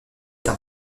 être